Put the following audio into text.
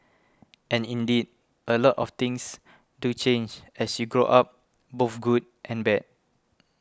and indeed a lot of things do change as you grow up both good and bad